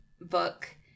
book